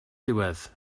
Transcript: diwedd